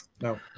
No